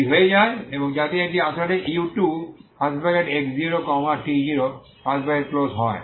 এটিই হয়ে যায় এবং যাতে এটি আসলে u2x0 t0 হয়